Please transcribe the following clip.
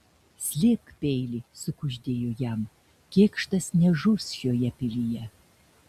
slėpk peilį sukuždėjo jam kėkštas nežus šioje pilyje